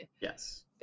yes